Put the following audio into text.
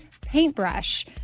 paintbrush